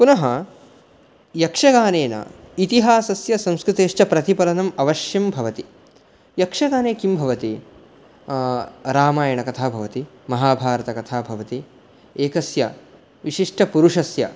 पुनः यक्षगानेन इतिहासस्य संस्कृतेश्च प्रतिफलनम् अवश्यं भवति यक्षगाने किं भवति रामायणकथा भवति महाभारतकथा भवति एकस्य विशिष्टपुरुषस्य